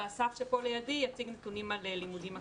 ואסף שפה לידי יציג נתונים על לימודים אקדמיים.